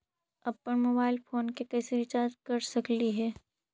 अप्पन mobile phone के कैसे रिचार्ज कर सकली हे?